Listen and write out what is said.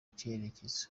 cyerekezo